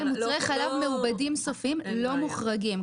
מוצרי חלב מעובדים סופיים לא מוחרגים.